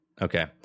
Okay